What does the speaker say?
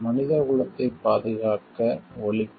மனிதகுலத்தை பாதுகாக்க ஒழிப்பு